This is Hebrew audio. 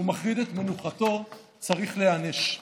ומחריד את מנוחתו צריך להיענש.